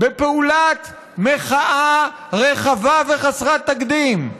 בפעולת מחאה רחבה וחסרת תקדים,